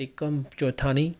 Tikam Choithani